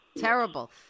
Terrible